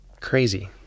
Crazy